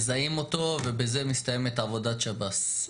מזהים אותו ובזה מסתיימת עבודת שב"ס.